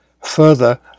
Further